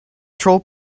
troll